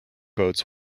boats